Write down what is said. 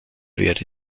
werde